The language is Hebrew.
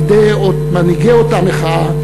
מנהיגי אותה מחאה,